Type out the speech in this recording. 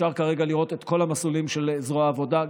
ואפשר כרגע לראות את כל המסלולים של זרוע העבודה,